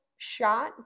shot